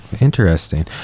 Interesting